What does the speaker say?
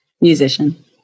Musician